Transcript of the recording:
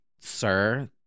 sir